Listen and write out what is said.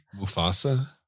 Mufasa